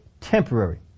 temporary